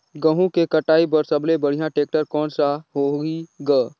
गहूं के कटाई पर सबले बढ़िया टेक्टर कोन सा होही ग?